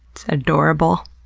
it's adorable.